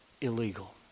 illegal